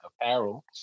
apparel